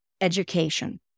education